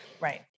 right